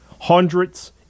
hundreds